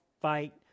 fight